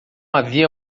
havia